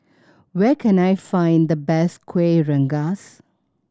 where can I find the best Kuih Rengas